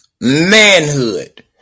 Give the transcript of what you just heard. manhood